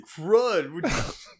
crud